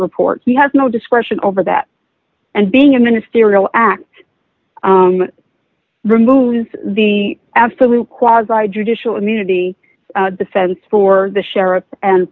report he has no discretion over that and being a ministerial act removes the absolute qualified judicial immunity defense for the sheriff and